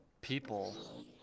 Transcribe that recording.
people